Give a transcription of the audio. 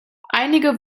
einige